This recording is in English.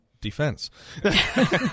defense